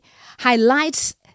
highlights